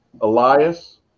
Elias